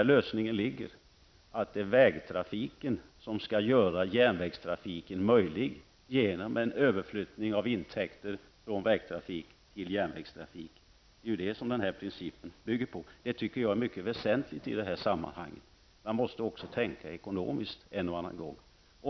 Lösningen ligger i att vägtrafiken skall göra järnvägstrafiken möjlig genom en överflyttning av intäkter från vägtrafik till järnvägstrafik. Det är detta som denna princip bygger på, och det är enligt min mening mycket väsentligt i detta sammanhang. Man måste också tänka ekonomiskt en och annan gång.